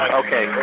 okay